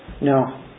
No